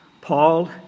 Paul